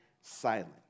silent